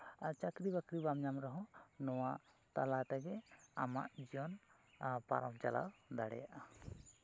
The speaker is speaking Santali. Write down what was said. ᱟᱨ ᱪᱟᱹᱠᱨᱤ ᱵᱟᱹᱠᱨᱤ ᱵᱟᱢ ᱧᱟᱢ ᱨᱮᱦᱚᱸ ᱱᱚᱣᱟ ᱛᱟᱞᱟᱛᱮᱜᱮ ᱟᱢᱟᱜ ᱡᱤᱭᱚᱱ ᱯᱟᱨᱚᱢ ᱪᱟᱞᱟᱣ ᱫᱟᱲᱮᱭᱟᱜᱼᱟ